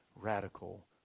radical